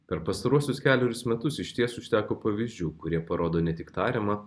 per pastaruosius kelerius metus išties užteko pavyzdžių kurie parodo ne tik tariamą